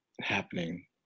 happening